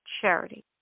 charity